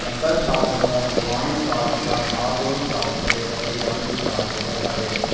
बंदा बी साथ दिंदा भगोआन बी साथ दिंदा मां प्यो बी साथ दिंदे परोआर बी साथ जेह्ड़ा ऐ साढ़े